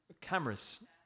Cameras